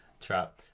trap